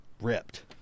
ripped